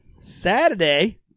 Saturday